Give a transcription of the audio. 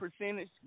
percentage